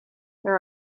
there